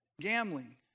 gambling